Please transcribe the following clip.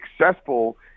successful